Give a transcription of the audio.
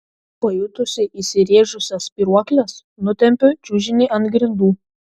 pajutusi įsirėžusias spyruokles nutempiu čiužinį ant grindų